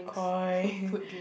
Koi